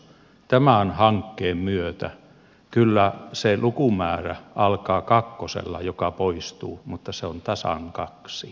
tämän hankkeen myötä se lukumäärä joka poistuu kyllä alkaa kakkosella mutta se on tasan kaksi